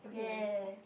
ya